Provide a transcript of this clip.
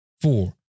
four